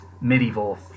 medieval